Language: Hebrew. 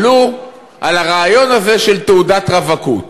עלו על הרעיון הזה של תעודת רווקות